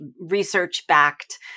research-backed